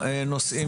הדיון.